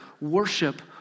worship